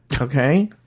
okay